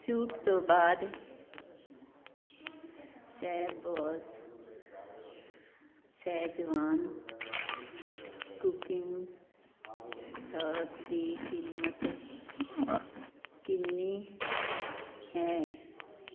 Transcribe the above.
ਛੂਟ ਤੋਂ ਬਾਅਦ ਸ਼ੈੱਫਬੌਸ ਸ਼ੈਜ਼ਵਾਨ ਕੁਕਿੰਗ ਸਾਸ ਦੀ ਕੀਮਤ ਕਿੰਨੀ ਹੈ